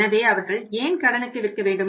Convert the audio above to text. எனவே அவர்கள் ஏன் கடனுக்கு விற்க வேண்டும்